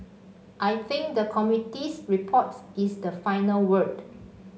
I think the committee's reports is the final word